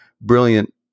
brilliant